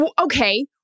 Okay